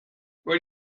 where